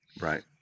right